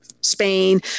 Spain